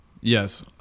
Yes